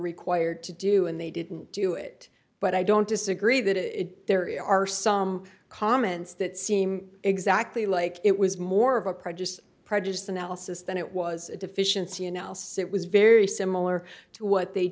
required to do and they didn't do it but i don't disagree that it very are some comments that seem exactly like it was more of a prejudiced prejudiced analysis than it was a deficiency analysis it was very similar to what they